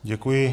Děkuji.